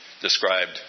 described